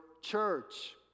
church